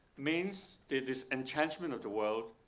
means that this enchantment of the world,